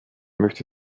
möchte